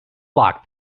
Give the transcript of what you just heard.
locked